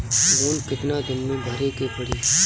Loan कितना दिन मे भरे के पड़ी?